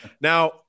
Now